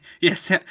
yes